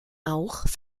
auch